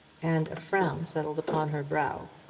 and a frown settled upon her brow.